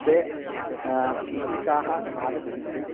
ते अधिकाः आगच्छन्ति